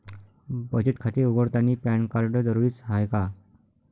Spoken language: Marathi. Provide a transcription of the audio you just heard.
बचत खाते उघडतानी पॅन कार्ड जरुरीच हाय का?